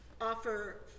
offer